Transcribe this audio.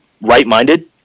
right-minded